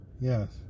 Yes